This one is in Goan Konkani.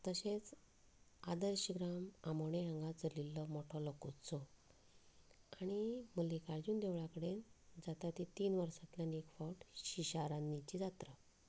तशेंच आदर्शग्राम आमोणें हांगा चलिल्लो मोठो लोकोत्सव आनी मल्लिकार्जून देवळा कडेन जाता ती तीन वर्सांतल्यान एक फावट शिशारान्नीची जात्रा